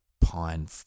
pine